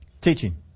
Teaching